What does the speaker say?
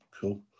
cool